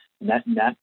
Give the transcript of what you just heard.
net-net